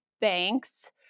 banks